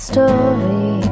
Story